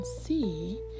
see